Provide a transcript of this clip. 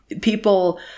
people